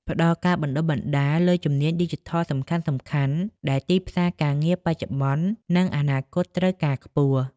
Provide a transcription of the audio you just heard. ផ្តល់ការបណ្តុះបណ្តាលលើជំនាញឌីជីថលសំខាន់ៗ ដែលទីផ្សារការងារបច្ចុប្បន្ន និងអនាគតត្រូវការខ្ពស់